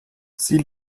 sie